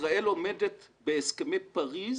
ישראל עומדת בהסכמי פריס